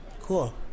Cool